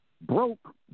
Broke